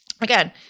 again